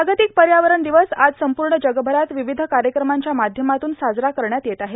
जागतिक पर्यावरण दिवस आज संपूर्ण जगभरात विविध कार्यक्रमांच्या माध्यमातून साजरा करण्यात येत आहे